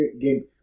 game